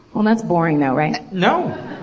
well that's boring, though, right? no.